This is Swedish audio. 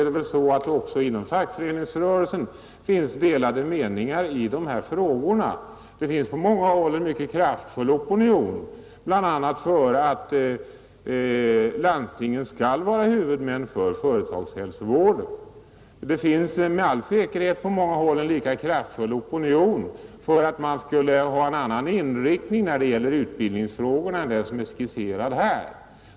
Men också inom fackföreningsrörelsen råder det delade meningar i dessa frågor. Det finns på många håll en mycket kraftfull opinion bl.a. för att landstingen skall vara huvudmän för företagshälsovården. Det finns med all säkerhet på många håll en lika kraftfull opinion för att man skall ha en annan inriktning när det gäller utbildningsfrågorna än den som är skisserad i propositionen.